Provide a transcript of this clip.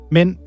Men